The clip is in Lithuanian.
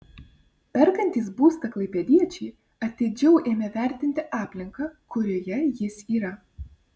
perkantys būstą klaipėdiečiai atidžiau ėmė vertinti aplinką kurioje jis yra